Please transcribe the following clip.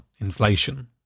inflation